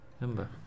Remember